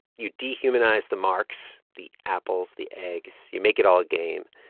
you dehumanize the marks, the apples, the eggs. you make it all a game.